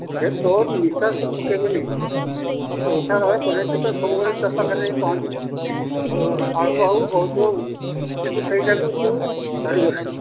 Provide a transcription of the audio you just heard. ଯେ ତୋର ନିଶ୍ୱାସ ପକାଇବୁନି ସବୁବେଳେ ତୋ ପାଖରେ ଯାଇ ପହଞ୍ଚିବୁ ଆଉ ଅଳ୍ପ ହେଉ ବହୁତ ହେଉ କିନ୍ତୁ ସେଇଟାକୁ ତୁ ଧରିବୁ ନାହିଁ